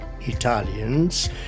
Italians